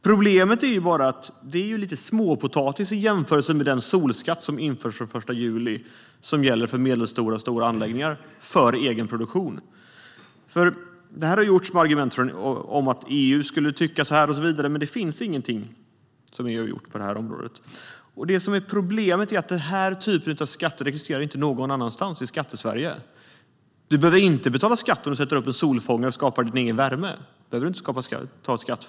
Problemet är bara att det är lite småpotatis i jämförelse med den solskatt som införs den 1 juli och som gäller för medelstora och stora anläggningar för egen produktion. Det har sagts att EU skulle tycka så här och så vidare, men det finns ingenting som EU har gjort på det här området. Den här typen av skatt existerar inte någon annanstans i Skattesverige. Du behöver inte betala skatt om du sätter upp en solfångare och skapar din egen värme.